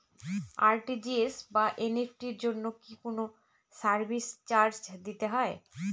RTGS বা NEFT এর জন্য কি কোনো সার্ভিস চার্জ দিতে হয়?